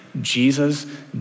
Jesus